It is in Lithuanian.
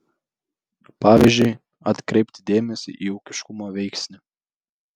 pavyzdžiui atkreipti dėmesį į ūkiškumo veiksnį